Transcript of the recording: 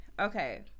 Okay